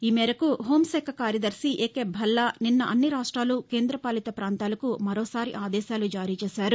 ఈ మేరకు హోంశాఖ కార్యదర్శి ఏకే భల్లా నిన్న అన్ని రాష్ట్రాలు కేంద్రపాలిత పాంతాలకు మరోసారి ఆదేశాలు జారీ చేశారు